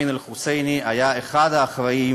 אמין אל-חוסייני היה אחד האחראים